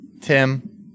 Tim